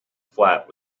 flat